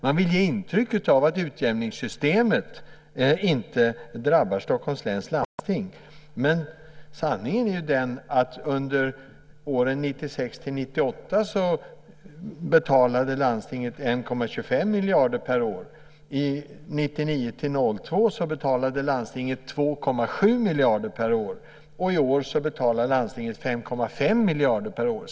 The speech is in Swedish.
Man vill ge intryck av att utjämningssystemet inte drabbar Stockholms läns landsting, men sanningen är den att under åren 1996-1998 betalade landstinget 1,25 miljarder per år, 1999-2002 2,7 miljarder per år, och i år betalar landstinget 5,5 miljarder.